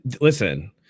Listen